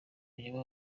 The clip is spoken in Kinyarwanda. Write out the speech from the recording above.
nyuma